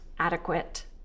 adequate